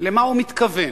למה הוא מתכוון?